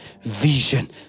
vision